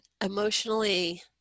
emotionally